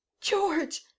George